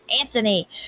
Anthony